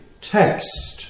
text